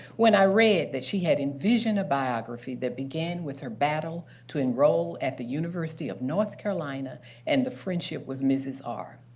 when i read that she had envisioned a biography that began with her battle to enroll at the university of north carolina and the friendship with mrs. r.